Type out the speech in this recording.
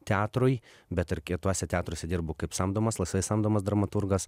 teatrui bet ir kituose teatruose dirbu kaip samdomas laisvai samdomas dramaturgas